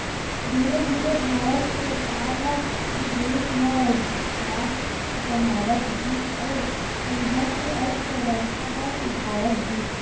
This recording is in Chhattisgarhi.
धीरे धीरे भारत के बेपार ह बिदेस म धाक जमावत गिस अउ इहां के अर्थबेवस्था ह सुधरत गिस